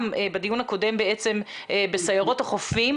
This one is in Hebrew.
גם בדיון הקודם בסיירות החופים,